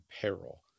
peril